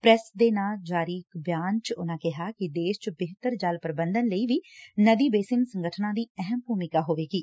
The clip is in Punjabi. ਪ੍ਰੈਸ ਦੇ ਨਾਂ ਜਾਰੀ ਇਕ ਬਿਆਨ ਚ ਉਨੂਾਂ ਕਿਹਾ ਕਿ ਦੇਸ਼ ਚ ਬਿਹਤਰ ਜਲ ਪ੍ਰਬੰਧਨ ਲਈ ਵੀ ਨਦੀ ਬੇਸਿਕ ਸੰਗਠਨਾਂ ਦੀ ਅਹਿਮ ਭੂਮਿਕਾ ਹੋਵੇਗੀ